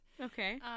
okay